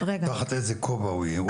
תחת איזה כובע הוא יהיה?